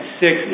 six